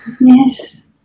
yes